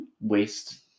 waste